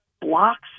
blocks